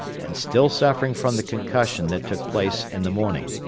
and still suffering from the concussion that took place in the morning.